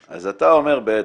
כן, אז אתה אומר בעצם,